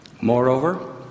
Moreover